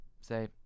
say